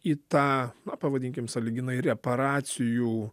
į tą na pavadinkim sąlyginai reparacijų